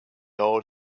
old